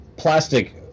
plastic